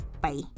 Bye